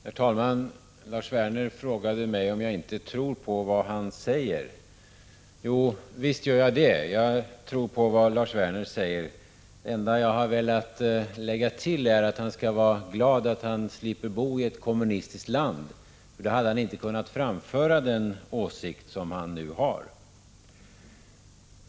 Herr talman! Lars Werner frågade mig om jag inte tror på vad han säger. Jo, visst gör jag det. Jag tror på vad Lars Werner säger. Det enda jag har velat lägga till är att han skall vara glad att han slipper bo i ett kommunistiskt land. Då hade han inte kunnat framföra den åsikt som han nu har.